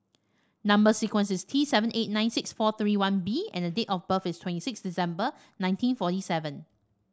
number sequence is T seven eight ninety six four three one B and the date of birth is twenty six December nineteen forty seven